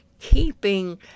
keeping